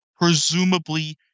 presumably